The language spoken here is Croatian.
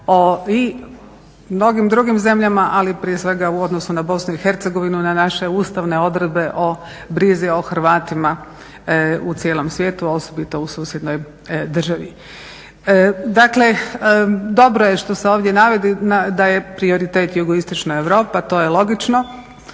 o mnogim drugim zemalja ali prije svega u odnosu na Bosnu i Hercegovinu, na naše ustavne odredbe o brizi o Hrvatima u cijelom svijetu a osobito u susjednoj državi. Dakle, dobro je što se ovdje navodi da je prioritet jugoistočna Europa, to je logično.